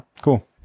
Cool